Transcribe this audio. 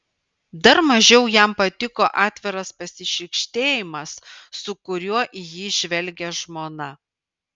dar mažiau jam patiko atviras pasišlykštėjimas su kuriuo į jį žvelgė žmona